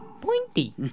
pointy